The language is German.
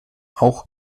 auch